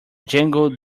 jangled